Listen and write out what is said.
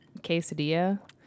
quesadilla